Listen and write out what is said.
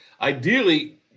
Ideally